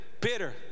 bitter